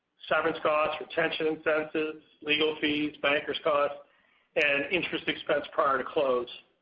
severance cost, retention centers, legal fees, bankers cost and interest expense prior to close.